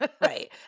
right